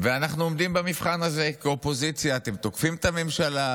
ואנחנו עומדים במבחן הזה כאופוזיציה: אתם תוקפים את הממשלה,